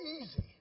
easy